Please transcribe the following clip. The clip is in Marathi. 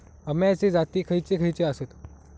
अम्याचे जाती खयचे खयचे आसत?